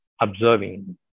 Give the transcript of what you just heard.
observing